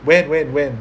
when when when